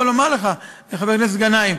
אני רוצה אבל לומר לך, חבר הכנסת גנאים,